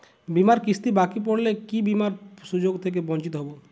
বিমার কিস্তি বাকি পড়লে কি বিমার সুযোগ থেকে বঞ্চিত হবো?